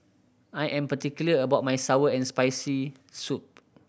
I am particular about my sour and Spicy Soup